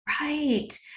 right